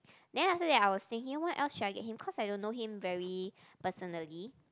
then after that I was thinking what else should I get him cause I don't know him very personally